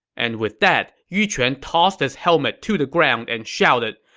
and with that, yu quan tossed his helmet to the ground and shouted,